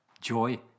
joy